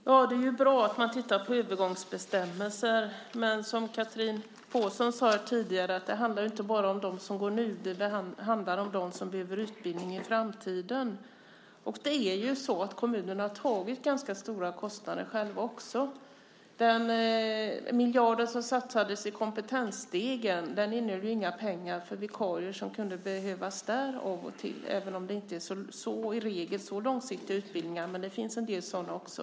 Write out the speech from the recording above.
Herr talman! Det är bra att man tittar på övergångsbestämmelser. Men som Catherine Persson sade handlar detta inte bara om dem som utbildas nu utan om dem som behöver utbildning i framtiden. Kommunerna har tagit ganska stora kostnader själva också. Den miljard som satsades i Kompetensstegen innehöll inga pengar för de vikarier som kunde behövas där - även om Kompetensstegen i regel inte handlar om särskilt långsiktiga utbildningar finns det några sådana också.